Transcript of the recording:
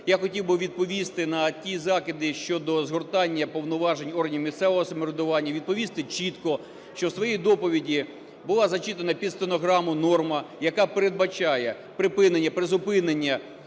Я хотів би відповісти на ті закиди щодо згортання повноважень органів місцевого самоврядування, відповісти чітко, що у своїй доповіді була зачитана під стенограму норма, яка передбачає припинення, призупинення